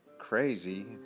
crazy